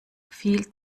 viel